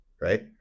right